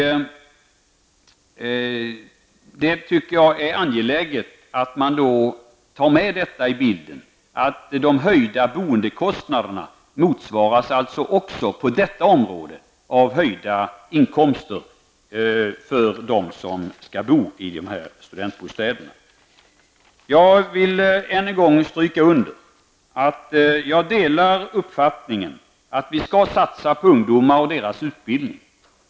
Det är angeläget att man i bilden tar med att de höjda boendekostnaderna även på detta område motsvaras av höjda inkomster för dem som skall bo i studentbostäderna. Jag vill än en gång understryka att jag delar uppfattningen att vi skall satsa på ungdomar och deras utbildning.